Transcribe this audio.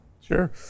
sure